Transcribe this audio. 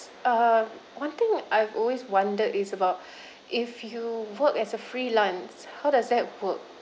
uh one thing I've always wondered is about if you work as a freelance how does that work